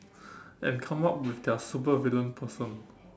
and come up with their supervillain person